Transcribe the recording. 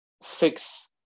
six